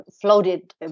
floated